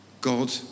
God